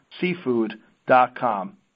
seafood.com